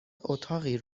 اتاقی